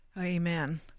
Amen